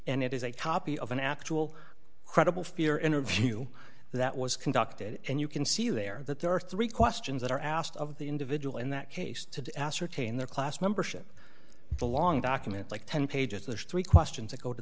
and it is a copy of an actual credible fear interview that was conducted and you can see there that there are three questions that are asked of the individual in that case to ascertain their class membership the long document like ten pages there's three questions that go to